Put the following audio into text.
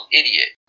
idiot